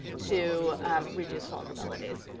to reduce vulnerability.